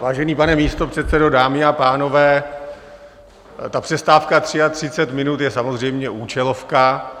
Vážený pane místopředsedo, dámy a pánové, ta přestávka 33 minut je samozřejmě účelovka.